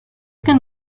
can